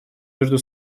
между